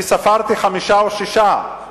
אני ספרתי חמישה או שישה,